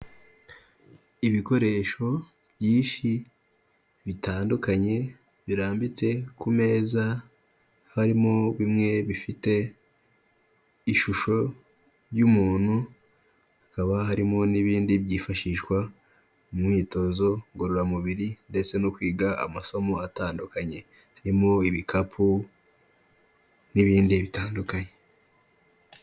Ibikoresho byishi bitandukanye birambitse ku meza harimo bimwe bifite ishusho y'umuntu, hakaba harimo n'ibindi byifashishwa mwitozo ngororamubiri ndetse no kwiga amasomo atandukanye harimo ibikapu n'ibindi bitandukanye.